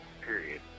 period